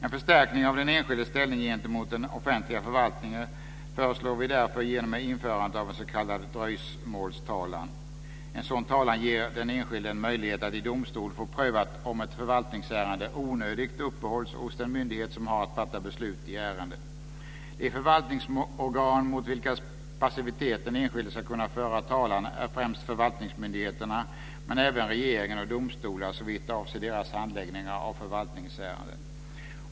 En förstärkning av den enskildes ställning gentemot den offentliga förvaltningen föreslår vi därför genom införandet av en s.k. dröjsmålstalan. En sådan talan ger den enskilde en möjlighet att i domstol få prövat om ett förvaltningsärende onödigt uppehålls hos den myndighet som har att fatta beslut i ärendet. De förvaltningsorgan mot vilkas passivitet den enskilde ska kunna föra talan är främst förvaltningsmyndigheterna men även regeringen och domstolar såvitt avser deras handläggning av förvaltningsärenden.